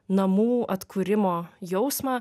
namų atkūrimo jausmą